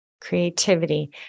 Creativity